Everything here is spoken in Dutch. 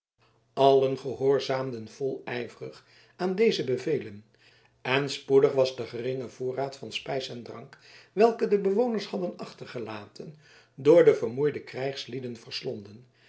allen gehoorzaamden volijverig aan deze bevelen en spoedig was de geringe voorraad van spijs en drank welken de bewoners hadden achtergelaten door de vermoeide